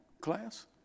class